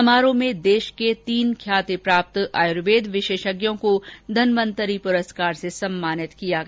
समारोह में देश के तीन ख्यातिप्राप्त आयुर्वेद विशेषज्ञों को धनवन्तरी पुरस्कार से सम्मानित किया गया